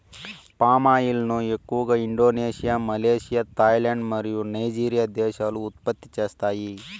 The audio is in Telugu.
పామాయిల్ ను ఎక్కువగా ఇండోనేషియా, మలేషియా, థాయిలాండ్ మరియు నైజీరియా దేశాలు ఉత్పత్తి చేస్తాయి